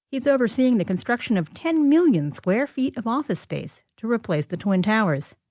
he's overseeing the construction of ten million square feet of office space to replace the twin towers.